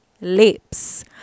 lips